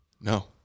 No